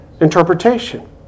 interpretation